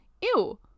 ew